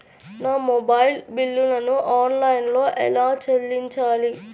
నా మొబైల్ బిల్లును ఆన్లైన్లో ఎలా చెల్లించాలి?